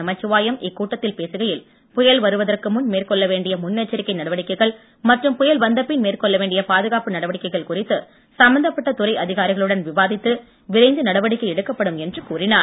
நமச்சிவாயம் இக்கூட்டத்தில் பேசுகையில் புயல் வருவதற்கு முன் மேற்கொள்ள வேண்டிய முன்னெச்சரிக்கை நடவடிக்கைகள் மற்றும் புயல் வந்தபின் மேற்கொள்ள வேண்டிய பாதுகாப்பு நடவடிக்கைகள் குறித்து சம்மந்தப்பட்ட துறை அதிகாரிகளுடன் விவாதித்து விரைந்து நடவடிக்கை எடுக்கப்படும் என்று கூறினார்